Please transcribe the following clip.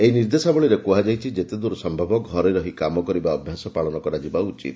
ଏହି ନିର୍ଦ୍ଦେଶାବଳୀରେ କୁହାଯାଇଛି ଯେତେଦୂର ସମ୍ଭବ ଘରେ ରହି କାମ କରିବା ଅଭ୍ୟାସ ପାଳନ କରାଯିବା ଉଚିତ